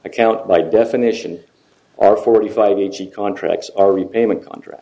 account by definition are forty five e g contracts are repayment contract